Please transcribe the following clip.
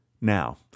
Now